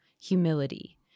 humility